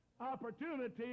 opportunity